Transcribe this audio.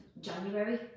January